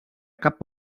cap